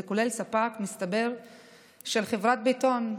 זה כולל ספק של חברת בטון,